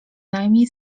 najmniej